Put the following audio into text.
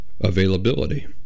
availability